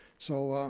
so,